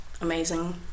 Amazing